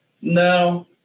No